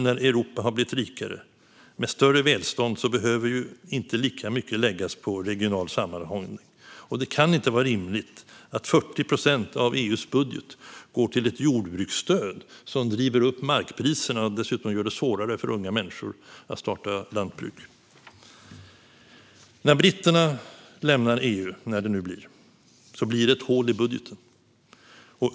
När Europa nu har blivit rikare och har ett större välstånd är det inte rimligt att lägga lika mycket på regional sammanhållning. Det kan inte heller vara rimligt att 40 procent av EU:s budget går till ett jordbruksstöd som driver upp markpriserna och dessutom gör det svårare för unga människor att starta lantbruk. När britterna lämnar EU, när det nu blir, blir det ett hål i budgeten.